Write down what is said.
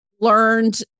learned